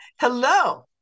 Hello